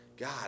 God